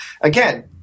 again